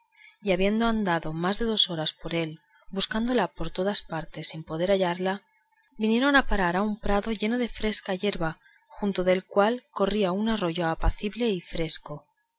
y habiendo andado más de dos horas por él buscándola por todas partes sin poder hallarla vinieron a parar a un prado lleno de fresca yerba junto del cual corría un arroyo apacible y fresco